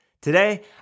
Today